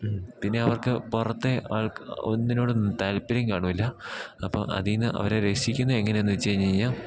പിന്നെ അവർക്ക് പുറത്തെ ആൾക്ക് ഒന്നിനോടും താല്പര്യം കാണില്ല അപ്പം അതിൽ നിന്ന് അവരെ രക്ഷിക്കുന്നത് എങ്ങനെ എന്നു വച്ചു കഴിഞ്ഞു കഴിഞ്ഞാൽ